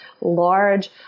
large